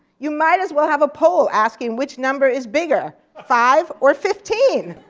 you might as well have a poll asking which number is bigger, five or fifteen?